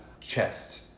chest